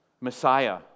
Messiah